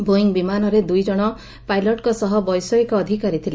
Boeing ବିମାନରେ ଦୁଇଜଣ ପାଇଲଟ୍ଙ୍ ସହ ବୈଷୟିକ ଅଧିକାରୀ ଥିଲେ